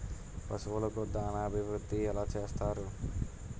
పశువులకు దాన అభివృద్ధి ఎలా చేస్తారు?